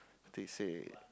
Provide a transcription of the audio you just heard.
they say